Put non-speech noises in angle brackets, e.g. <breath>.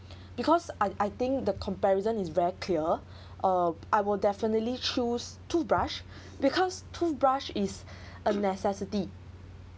<breath> because I I think the comparison is very clear <breath> uh I will definitely choose toothbrush <breath> because toothbrush is <breath> a necessity